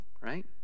right